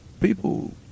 people